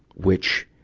which,